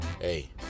hey